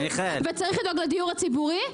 וצריך לדאוג לדיור הציבורי,